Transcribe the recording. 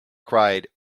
cried